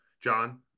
john